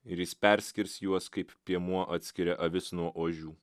ir jis perskirs juos kaip piemuo atskiria avis nuo ožių